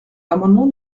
l’amendement